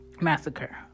Massacre